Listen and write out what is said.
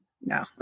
No